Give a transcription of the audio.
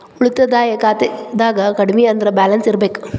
ಉಳಿತಾಯ ಖಾತೆದಾಗ ಕಡಮಿ ಅಂದ್ರ ಬ್ಯಾಲೆನ್ಸ್ ಇರ್ಬೆಕ್